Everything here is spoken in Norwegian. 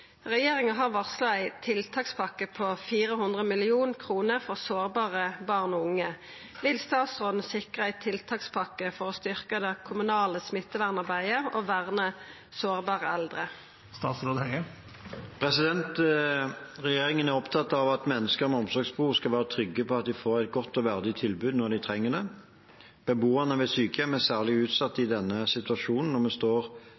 Regjeringa har varsla ei tiltakspakke på 400 mill. kroner for sårbare born og unge. Vil statsråden sikre ei tiltakspakke for å styrke det kommunale smittevernarbeidet og verne sårbare eldre?» Regjeringen er opptatt av at mennesker med omsorgsbehov skal være trygge på at de får et godt og verdig tilbud når de trenger det. Beboere ved sykehjem er særlig utsatt i den situasjonen vi står